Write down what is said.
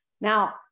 Now